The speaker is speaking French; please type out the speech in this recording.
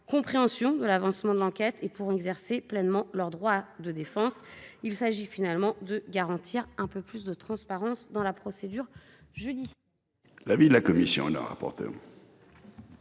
compréhension de l'avancement de l'enquête et pourront pleinement exercer leurs droits à la défense. Il s'agit finalement de garantir un peu plus de transparence dans la procédure judiciaire. Quel est l'avis de la commission ? Une telle